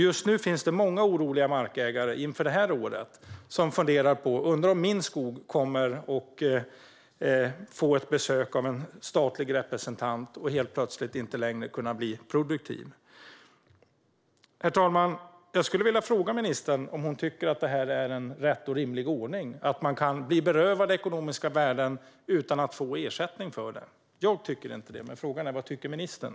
Just nu finns det många oroliga markägare som inför det här året funderar på om deras skog kommer att få besök av en statlig representant och helt plötsligt inte längre kommer att kunna vara produktiv. Herr talman! Jag skulle vilja fråga ministern om hon tycker att det här, att man kan bli berövad ekonomiska värden utan att få ersättning för det, är en ordning som är rätt och rimlig. Jag tycker inte det, men frågan är: Vad tycker ministern?